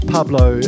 Pablo